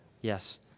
Yes